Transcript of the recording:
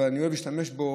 אבל אני אוהב להשתמש בו,